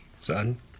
Son